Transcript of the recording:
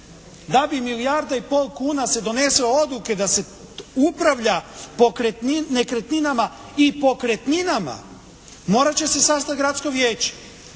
Da bi milijarda i pol kuna se donese odluke da se upravlja nekretninama i pokretninama morat će se sastati gradsko vijeće.